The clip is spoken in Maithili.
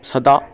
सदा